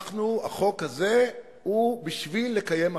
החוק הזה הוא בשביל לקיים אחדות.